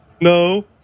no